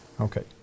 Okay